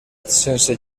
sense